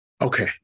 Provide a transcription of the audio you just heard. Okay